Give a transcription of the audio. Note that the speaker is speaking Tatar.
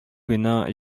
бина